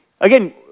Again